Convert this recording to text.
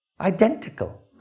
Identical